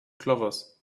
clovers